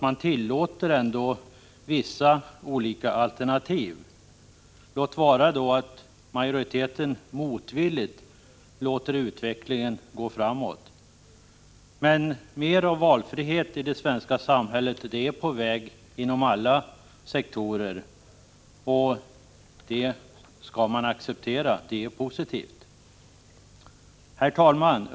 Man tillåter ändå vissa alternativ, låt vara att majoriteten motvilligt låter utvecklingen gå framåt. Men mer av valfrihet i det svenska samhället är på väg inom alla sektorer. Det skall man acceptera. Det är positivt. Herr talman!